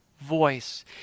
Voice